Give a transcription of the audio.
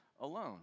alone